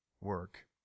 work